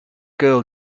girl